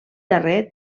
darrer